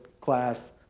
class